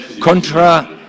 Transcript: contra